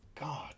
God